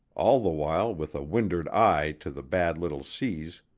all the while with a wind'ard eye to the bad little seas,